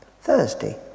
Thursday